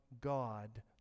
God